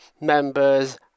members